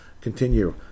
Continue